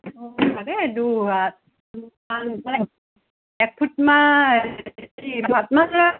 একফুটমান